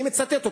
אני מצטט אותו.